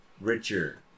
Richard